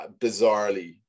bizarrely